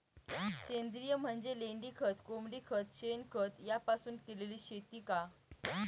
सेंद्रिय म्हणजे लेंडीखत, कोंबडीखत, शेणखत यापासून केलेली शेती का?